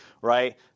right